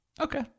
Okay